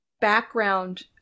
background